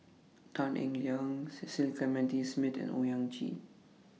Tan Eng Liang Cecil Clementi Smith and Owyang Chi